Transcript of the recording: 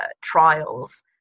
trials